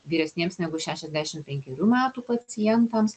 vyresniems negu šešiasdešim penkerių metų pacientams